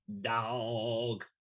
dog